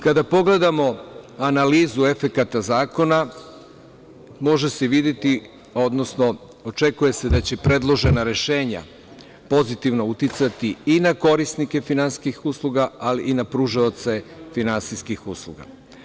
Kada pogledamo analizu efekata zakona, može se videti, odnosno očekuje se da će predložena rešenja pozitivno uticati i na korisnike finansijskih usluga, ali i na pružaoce finansijskih usluga.